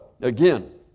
again